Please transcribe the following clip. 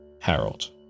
Harold